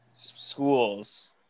Schools